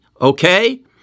okay